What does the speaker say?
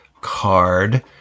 card